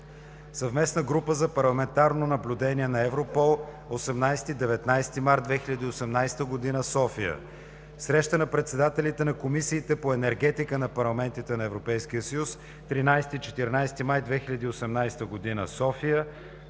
Съвместна група за парламентарно наблюдение на ЕВРОПОЛ, 18 – 19 март 2018 г., София; - Среща на председателите на Комисиите по енергетика на парламентите на ЕС, 13 – 14 май 2018 г., София;